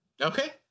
okay